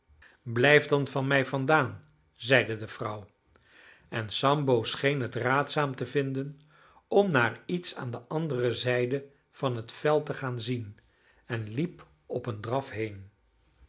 blijf dan van mij vandaan zeide de vrouw en sambo scheen het raadzaam te vinden om naar iets aan de andere zijde van het veld te gaan zien en liep op een draf heen